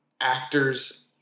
actors